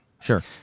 Sure